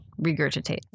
regurgitate